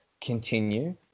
continue